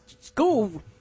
school